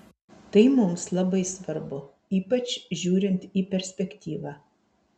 tai mums labai svarbu ypač žiūrint į perspektyvą